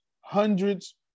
hundreds